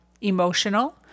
emotional